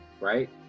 right